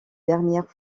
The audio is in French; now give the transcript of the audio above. dernière